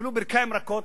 וקיבלו ברכיים רכות.